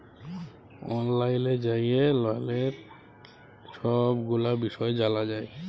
অললাইল যাঁয়ে ললের ছব গুলা বিষয় জালা যায়